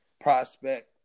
prospect